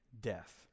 death